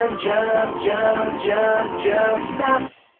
and jump jump jump jump. stop.